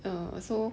err so